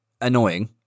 Annoying